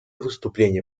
выступления